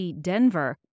Denver